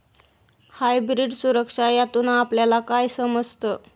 Hybrid सुरक्षा यातून आपल्याला काय समजतं?